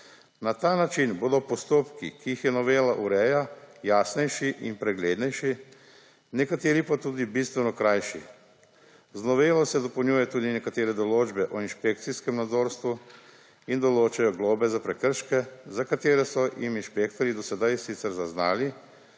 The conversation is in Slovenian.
Na ta način bodo postopki, ki jih novela ureja, jasnejši in preglednejši nekateri pa tudi bistveno krajši. Z novelo se dopolnjuje tudi nekatere določbe o inšpekcijskem nadzorstvu in določajo globe za prekrške, za katere so jim inšpektorji sicer zaznali,